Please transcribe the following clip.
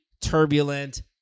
turbulent